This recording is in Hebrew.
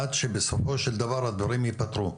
עד שבסופו של דבר הדברים ייפתרו.